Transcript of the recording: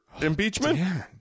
impeachment